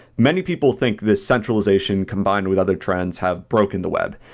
many people think this centralization combined with other trends have broken the web.